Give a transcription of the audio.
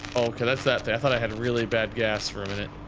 okay that's that thing i thought i had really bad gas for a minute.